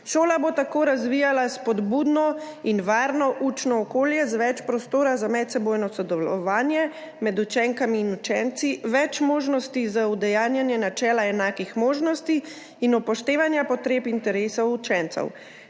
Šola bo tako razvijala spodbudno in varno učno okolje z več prostora za medsebojno sodelovanje med učenkami in učenci, več možnosti za udejanjanje načela enakih možnosti in upoštevanja potreb in interesov učencev.